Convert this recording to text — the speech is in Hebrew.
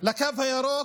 לקו הירוק,